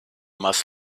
must